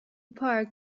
park